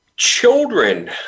Children